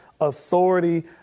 authority